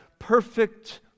perfect